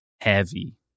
Heavy